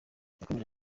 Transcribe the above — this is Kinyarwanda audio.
yakomeje